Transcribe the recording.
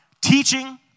teaching